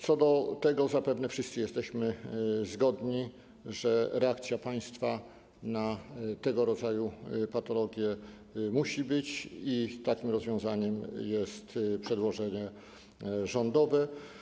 Co do tego zapewne wszyscy jesteśmy zgodni, że reakcja państwa na tego rodzaju patologie musi być, i takim rozwiązaniem jest przedłożenie rządowe.